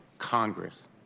Congress